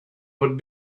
would